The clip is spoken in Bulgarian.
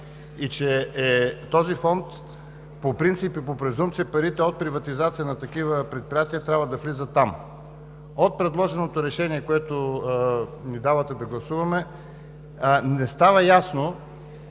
и че по принцип и по презумпция парите от приватизация на такива предприятия трябва да влизат там. От предложеното решение, което ни давате да гласуваме, не става ясно